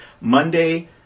Monday